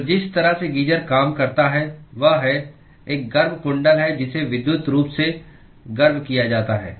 तो जिस तरह से गीजर काम करता है वह है एक गर्म कुंडल है जिसे विद्युत रूप से गर्म किया जाता है